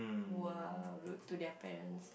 who are rude to their parents